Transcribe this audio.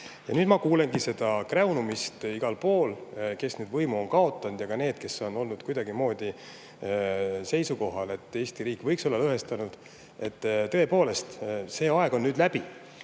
nüüd ma kuulengi seda kräunumist neilt, kes võimu on kaotanud, ja ka neilt, kes on olnud kuidagimoodi seisukohal, et Eesti riik võiks olla lõhestunud. Tõepoolest, see aeg on nüüd läbi.